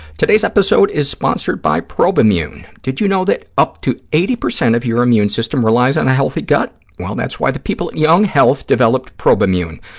today's episode is sponsored by probimune. did you know that up to eighty percent of your immune system relies on a healthy gut? well, that's why the people at young health developed probimune,